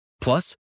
Plus